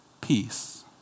peace